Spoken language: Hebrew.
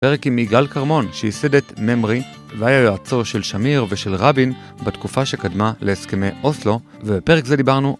פרק עם יגאל כרמון שיסד ממרי והיה יועצו של שמיר ושל רבין בתקופה שקדמה להסכמי אוסלו ובפרק זה דיברנו